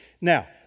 Now